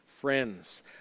Friends